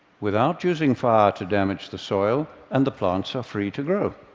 without using fire to damage the soil, and the plants are free to grow.